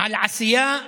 על העשייה מבורכת.